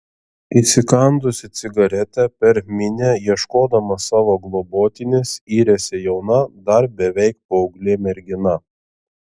įsikandusi cigaretę per minią ieškodama savo globotinės yrėsi jauna dar beveik paauglė mergina